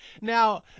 Now